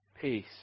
peace